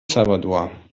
salvador